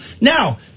Now